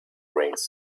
rings